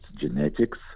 genetics